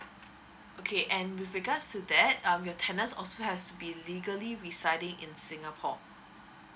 okay and with regards to that um your tenants also has to be legally residing in singapore